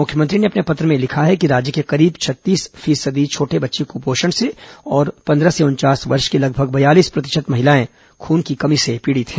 मुख्यमंत्री ने अपने पत्र में लिखा है कि राज्य के करीब छत्तीस प्रतिशत छोटे बच्चे कुपोषण से और पंद्रह से उनचास वर्ष की लगभग बयालीस प्रतिशत महिलाएं खून की कमी से पीड़ित हैं